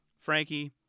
Frankie